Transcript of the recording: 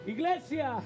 Iglesia